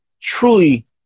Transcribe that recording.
truly